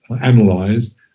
analyzed